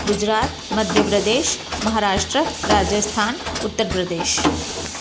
Gujarat Madhya Pradesh Maharashtra Rajasthan Uttar Pradesh